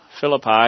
Philippi